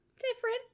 Different